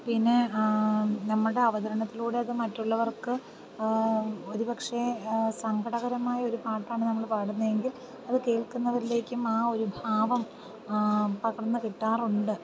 പിന്നെ നമ്മളുടെ അവതരണത്തിലൂടെ അത് മറ്റുള്ളവർക്ക് ഒരുപക്ഷേ സങ്കടകരമായ ഒരു പാട്ടാണ് നമ്മൾ പാടുന്നതെങ്കിൽ അത് കേൾക്കുന്നവരിലേക്കും ആ ഒരു ഭാവം പകർന്ന് കിട്ടാറുണ്ട്